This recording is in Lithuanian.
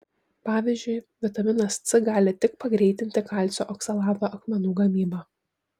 pavyzdžiui vitaminas c gali tik pagreitinti kalcio oksalato akmenų gamybą